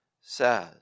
says